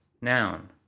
noun